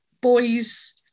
boys